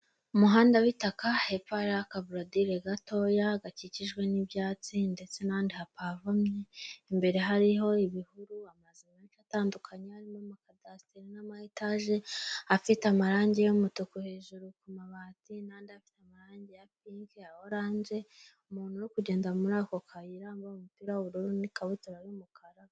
Umuhanda w'itaka, hepfo hariho akaborodire gatoya, gakikijwe n'ibyatsi ndetse n'ahandi hapavomye, imbere hariho ibihuru, amazu menshi atandukanye, harimo amakadasiteri n'amayetaje, afite amarangi y'umutuku hejuru ku mabati n'andi afite amarangi ya pinki, aya oranje, umuntu uri kugenda muri ako kayira, wambaye umupira w'ubururu n'ikabutura y'umukara.